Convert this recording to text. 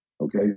Okay